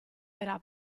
era